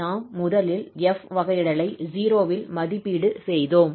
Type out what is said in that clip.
நாம் முதலில் 𝑓 வகையிடலை 0 இல் மதிப்பீடு செய்தோம்